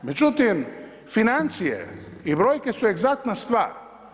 Međutim, financije i brojke su egzaktna stvar.